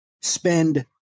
spend